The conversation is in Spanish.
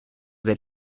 del